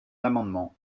amendement